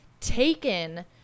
taken